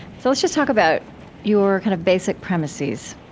so let's just talk about your kind of basic premises.